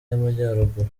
y’amajyaruguru